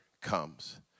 comes